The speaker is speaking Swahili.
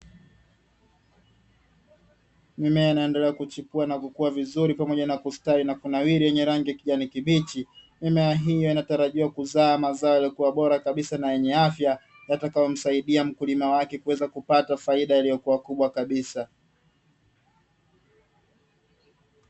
Mimea inaendelea kuchipua, na kukua vizuri, pamoja na kustawi na kunawiri, yenye rangi ya kijani kibichi. Mimea hiyo inatarajiwa kuzaa mazao yaliyokuwa bora na yenye afya, yatakayo msaidia mkulima wake kupata faida iliyokuwa kubwa kabisa.